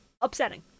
upsetting